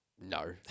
No